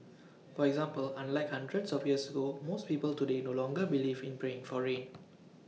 for example unlike hundreds of years ago most people today no longer believe in praying for rain